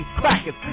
crackers